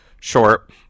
short